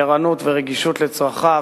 עם ערנות ורגישות לצרכיו.